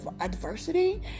adversity